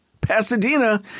Pasadena